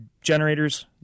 generators